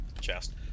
chest